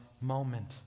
moment